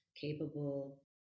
capable